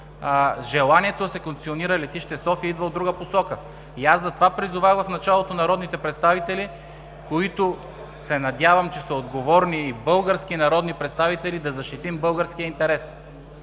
желанието да се концесионира Летище София идва от друга посока. Затова призовах в началото народните представители, които се надявам, че са отговорни и български народни представители, да защитим българския интерес.